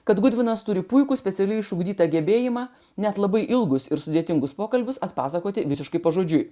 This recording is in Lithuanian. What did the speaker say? kad gulbinas turi puikų specialiai išugdytą gebėjimą net labai ilgus ir sudėtingus pokalbius atpasakoti visiškai pažodžiui